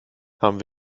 haben